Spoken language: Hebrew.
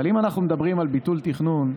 אבל אם אנחנו מדברים על ביטול תכנון,